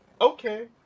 Okay